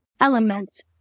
elements